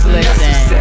Listen